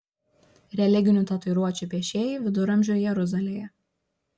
religinių tatuiruočių piešėjai viduramžių jeruzalėje